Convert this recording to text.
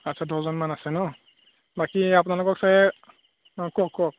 আচ্ছা দহজনমান আছে ন বাকী আপোনালোকক চাগে অঁ কওঁক কওঁক